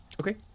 Okay